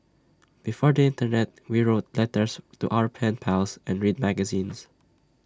before the Internet we wrote letters to our pen pals and read magazines